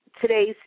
today's